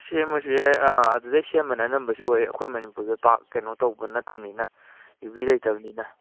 ꯁꯦꯝꯃꯁꯨ ꯌꯥꯏ ꯑꯗꯨꯗꯒꯤ ꯁꯦꯝꯕꯅ ꯑꯅꯝꯕꯁꯨ ꯑꯣꯏ ꯑꯩꯈꯣꯏ ꯃꯅꯤꯄꯨꯔꯗ ꯄꯥꯛ ꯀꯩꯅꯣ ꯇꯧꯕ ꯅꯠꯇꯃꯤꯅ ꯌꯨꯕꯤ ꯂꯩꯇꯃꯤꯅ